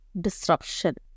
disruption